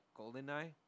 Goldeneye